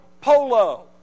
Polo